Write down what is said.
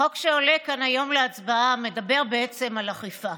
החוק שעולה כאן היום להצבעה מדבר בעצם על אכיפה: